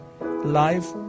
life